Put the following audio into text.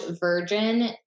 virgin